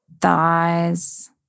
thighs